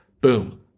Boom